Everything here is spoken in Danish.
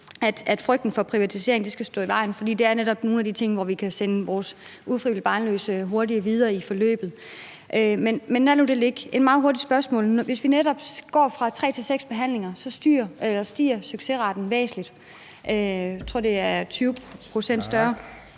at frygten for privatisering skal stå i vejen, for det er netop et af de steder, hvor vi kan sende vores ufrivilligt barnløse hurtigt videre i forløbet, men lad nu det ligge. Et meget hurtigt spørgsmål: Hvis vi netop går fra tre til seks behandlinger, stiger succesraten væsentlig. Jeg tror, at chancen for